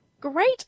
Great